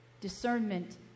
Discernment